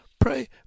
pray